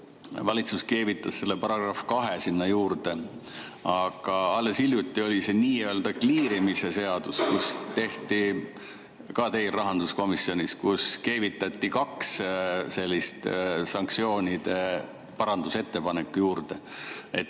valitsus keevitas selle § 2 sinna juurde. Aga alles hiljuti oli see nii-öelda kliirimise seadus, ka teil rahanduskomisjonis, kus keevitati kaks sellist sanktsioonide parandusettepanekut juurde.